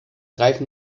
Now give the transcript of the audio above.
reifen